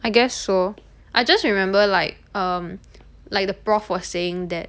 I guess so I just remember like um like the prof was saying that